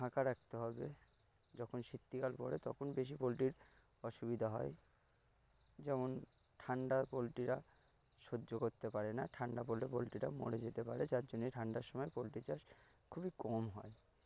ফাঁকা রাখতে হবে যখন শীতকাল পড়ে তখন বেশি পোলট্রীর অসুবিধা হয় যেমন ঠান্ডা পোলট্রীরা সহ্য করতে পারে না ঠান্ডা পোলট্রী পোলট্রীরা মরে যেতে পারে যার জন্যে ঠান্ডার সময় পোলট্রী চাষ খুবই কম হয়